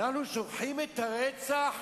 אנחנו שוכחים את הרצח